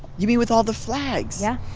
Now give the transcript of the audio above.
you mean with all the flags? yeah